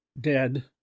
dead